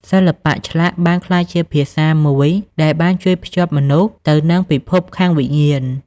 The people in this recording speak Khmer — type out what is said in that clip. សិល្បៈឆ្លាក់បានក្លាយជាភាសាមួយដែលបានជួយភ្ជាប់មនុស្សទៅនឹងពិភពខាងវិញ្ញាណ។